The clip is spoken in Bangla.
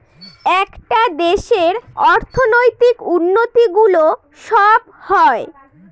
একটা দেশের অর্থনৈতিক উন্নতি গুলো সব হয়